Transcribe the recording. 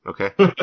okay